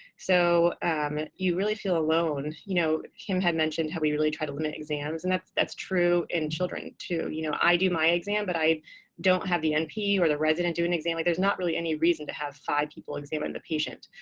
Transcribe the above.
so you really feel alone. you know kim had mentioned how we really try to limit exams. and that's that's true in children, too. you know i do my exam. but i don't have the np or the resident do an exam. there's not really any reason to have five people examine the patient.